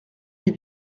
les